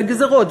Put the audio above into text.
גזירות,